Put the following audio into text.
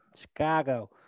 chicago